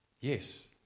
yes